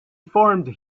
formed